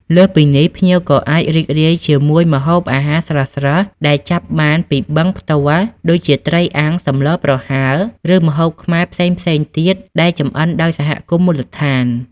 លើសពីនេះ ភ្ញៀវក៏អាចរីករាយជាមួយម្ហូបអាហារស្រស់ៗដែលចាប់បានពីបឹងផ្ទាល់ ដូចជាត្រីអាំង សម្លប្រហើរ ឬម្ហូបខ្មែរផ្សេងៗទៀតដែលចម្អិនដោយសហគមន៍មូលដ្ឋាន។